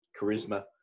charisma